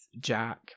Jack